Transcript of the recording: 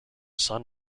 son